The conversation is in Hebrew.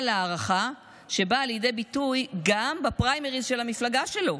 להערכה שבאה לידי ביטוי גם בפריימריז של המפלגה שלו,